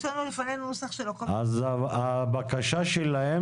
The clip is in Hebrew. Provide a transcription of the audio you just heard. יש לנו --- נוסח --- הבקשה שלהם